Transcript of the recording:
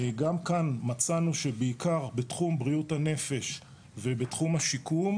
גם כאן מצאנו שזה בעיקר בתחום בריאות הנפש ובתחום השיקום.